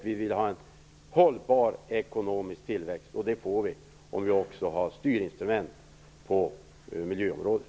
Vi vill ha en hållbar ekonomisk tillväxt, och det får vi om vi också har styrinstrument på miljöområdet.